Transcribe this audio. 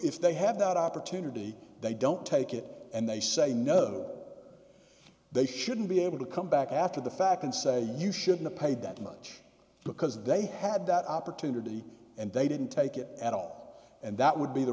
if they have that opportunity they don't take it and they say no they shouldn't be able to come back after the fact and say you should not pay that much because they had that opportunity and they didn't take it at all and that would be the